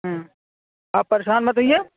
ہوں آپ پریشان مت ہوئیے